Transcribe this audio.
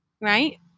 Right